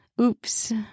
Oops